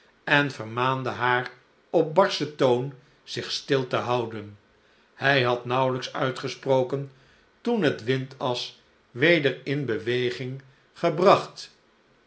en vermaande haar op barschen toon zich stil te houden hy had nauwelyks uitgesproken toen het windas weder in beweging